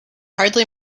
hardly